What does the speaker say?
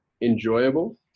enjoyable